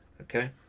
okay